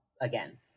again